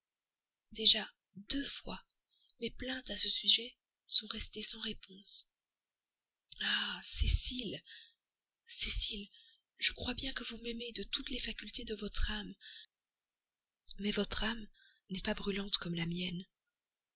déjà deux fois mes plaintes à ce sujet sont restées sans réponse ah cécile cécile je crois bien que vous m'aimez de toutes les facultés de votre âme mais votre âme n'est pas brûlante comme la mienne